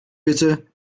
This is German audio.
bitte